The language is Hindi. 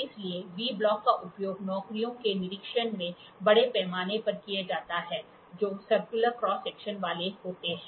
इसलिए वी ब्लॉक का उपयोग नौकरियों के निरीक्षण में बड़े पैमाने पर किया जाता है जो सरक्यूलर क्रॉस सेक्शन वाले होते हैं